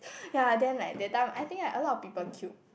ya then like that time I think like a lot of people queue